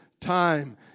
time